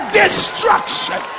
destruction